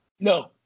No